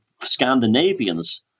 Scandinavians